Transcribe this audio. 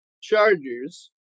Chargers